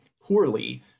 poorly